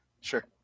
sure